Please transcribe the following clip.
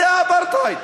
זה אפרטהייד.